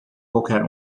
qualquer